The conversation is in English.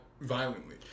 violently